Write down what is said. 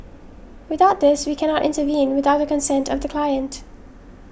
without this we cannot intervene without the consent of the client